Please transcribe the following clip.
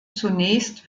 zunächst